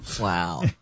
Wow